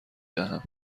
دهم